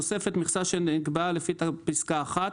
בתוספת מכסה שלא נקבעה לפי פסקה (1),